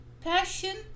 passion